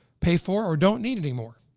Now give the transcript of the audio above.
pay for, or don't need anymore.